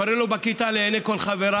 זה קורה לו בכיתה לעיני כל חבריו,